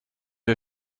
wir